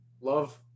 love